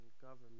government